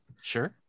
Sure